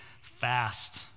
fast